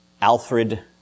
Alfred